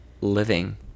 living